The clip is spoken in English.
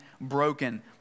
broken